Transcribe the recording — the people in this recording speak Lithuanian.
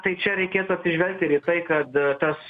tai čia reikėtų atsižvelgt ir į tai kad tas